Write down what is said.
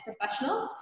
professionals